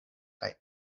kaj